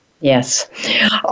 Yes